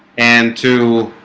and to